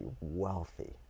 wealthy